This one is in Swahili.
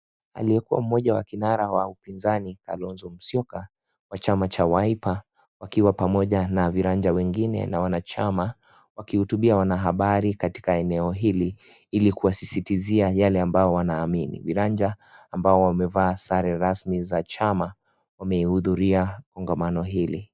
Aliyekuwa mmoja wa kinara wa upinzani Kalonzo Musyoka wa chama cha Wiper wakiwa pamoja na viranja wengine na wanachama wakihutubia wanahabari katika eneo hili ili kuwasisitizia yale ambayo wanaamini . Viranja ambao wamevaa sare rasmi za chama wamehudhuria kongamano hili.